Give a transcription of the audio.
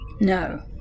No